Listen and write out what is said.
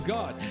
God